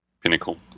Pinnacle